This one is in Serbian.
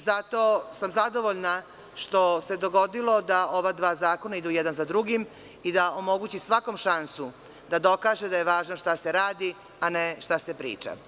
Zato sam zadovoljna što se dogodilo da ova dva zakona idu jedan za drugim i da omogući svaku šansu da dokaže da je važno šta se radi, a ne šta se priča.